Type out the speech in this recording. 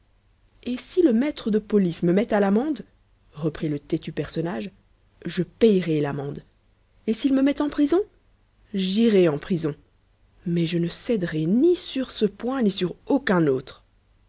et si le maître de police me met à l'amende reprit le têtu personnage je payerai l'amende et s'il me met en prison j'irai en prison mais je ne céderai ni sur ce point ni sur aucun autre